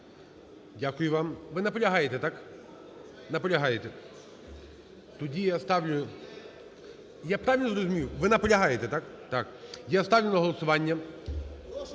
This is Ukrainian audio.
Дякую вам. Ви наполягаєте, так? Наполягаєте. Тоді я ставлю, я правильно зрозумів, ви наполягаєте, так? Я ставлю на голосування